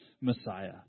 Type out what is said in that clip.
Messiah